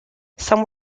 some